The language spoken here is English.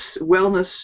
Wellness